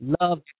love